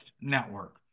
Network